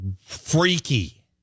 freaky